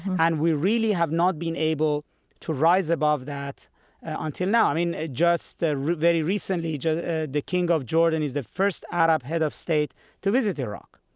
and we really have not been able to rise above that until now. i mean, just ah very recently the the king of jordan is the first arab head of state to visit iraq.